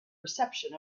reception